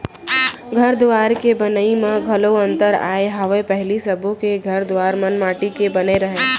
घर दुवार के बनई म घलौ अंतर आय हवय पहिली सबो के घर दुवार मन माटी के बने रहय